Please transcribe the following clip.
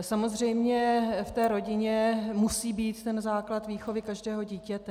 Samozřejmě v té rodině musí být základ výchovy každého dítěte.